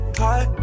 high